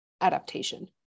adaptation